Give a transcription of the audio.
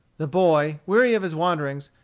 the boy, weary of his wanderings,